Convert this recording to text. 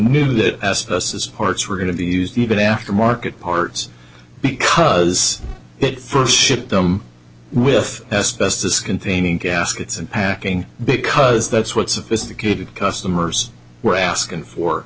knew that asbestos parts were going to the used even aftermarket parts because it first shipped them with as best as containing gaskets and packing because that's what sophisticated customers were asking for